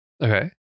Okay